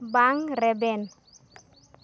ᱵᱟᱝ ᱨᱮᱵᱮᱱ